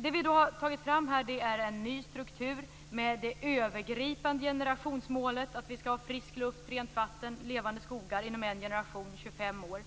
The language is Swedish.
Vad vi här har tagit fram är en ny struktur med det övergripande generationsmålet att vi skall ha frisk luft, rent vatten och levande skogar inom en generation, 25 år.